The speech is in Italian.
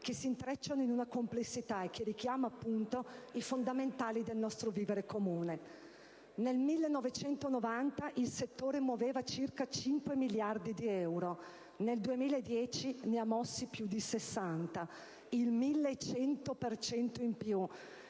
che si intrecciano in una complessità che richiama appunto i fondamentali del nostro vivere comune. Nel 1990 il settore muoveva circa 5 miliardi di euro, nel 2010 ne ha mossi più di 60: il 1.100 per